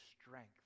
strength